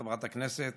חברת הכנסת.